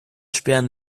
sperren